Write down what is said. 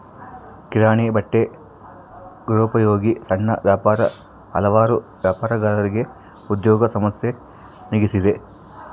ಕಿರಾಣಿ ಬಟ್ಟೆ ಗೃಹೋಪಯೋಗಿ ಸಣ್ಣ ವ್ಯಾಪಾರ ಹಲವಾರು ವ್ಯಾಪಾರಗಾರರಿಗೆ ಉದ್ಯೋಗ ಸಮಸ್ಯೆ ನೀಗಿಸಿದೆ